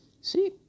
See